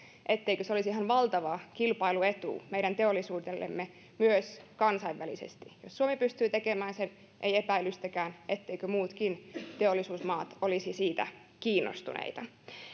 etteikö se olisi ihan valtava kilpailuetu meidän teollisuudellemme myös kansainvälisesti jos suomi pystyy tekemään sen ei epäilystäkään etteivätkö muutkin teollisuusmaat olisi siitä kiinnostuneita